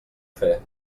fer